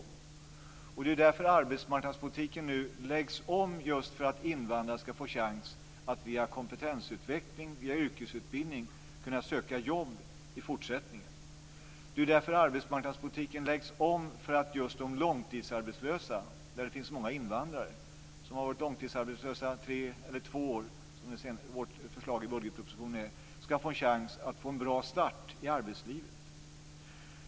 Det är därför arbetsmarknadspolitiken läggs om, just för att invandrarna via kompetensutveckling och yrkesutbildning ska kunna söka jobb i fortsättningen. Det är därför arbetsmarknadspolitiken läggs om så att de långtidsarbetslösa, med många invandrare, ska få chans till en bra start i arbetslivet.